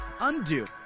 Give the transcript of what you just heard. Undo